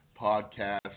podcast